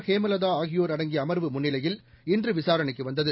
ஹேமலதா ஆகியோர் அடங்கிய அமர்வு முன்னிலையில் இன்று விசாரணைக்கு வந்தது